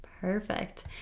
Perfect